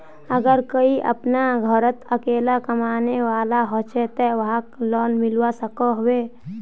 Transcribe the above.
अगर कोई अपना घोरोत अकेला कमाने वाला होचे ते वाहक लोन मिलवा सकोहो होबे?